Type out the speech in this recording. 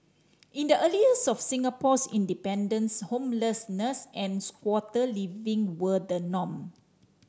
in the early years of Singapore's independence homelessness and squatter living were the norm